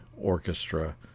orchestra